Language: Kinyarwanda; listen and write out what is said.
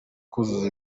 kuzuza